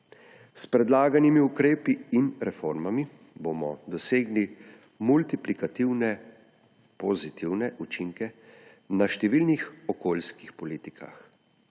S predlaganimi ukrepi in reformami bomo dosegli multiplikativne pozitivne učinke na številnih okoljskih politikah,